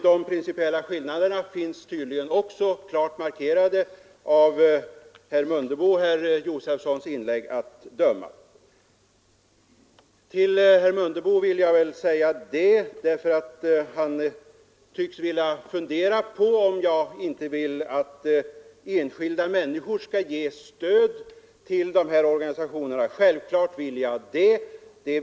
Dessa principiella skillnader blev också klart markerade i herr Josefsons och herr Mundebos inlägg. Herr Mundebo tycks fundera på om jag inte vill att enskilda människor skall ge stöd till de ideella organisationerna. Självfallet vill jag det.